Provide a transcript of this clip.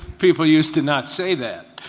people used to not say that.